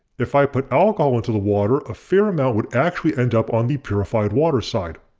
if i put alcohol into the water, a fair amount would actually end up on the purified water side.